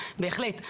בהחלט,